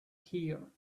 here